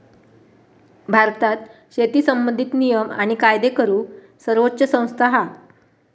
भारतात शेती संबंधित नियम आणि कायदे करूक सर्वोच्च संस्था हा